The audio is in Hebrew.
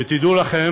עליכם